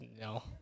No